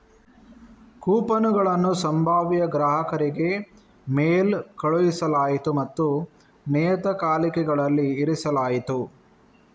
ಕೂಪನುಗಳನ್ನು ಸಂಭಾವ್ಯ ಗ್ರಾಹಕರಿಗೆ ಮೇಲ್ ಕಳುಹಿಸಲಾಯಿತು ಮತ್ತು ನಿಯತಕಾಲಿಕೆಗಳಲ್ಲಿ ಇರಿಸಲಾಯಿತು